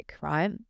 right